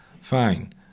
fine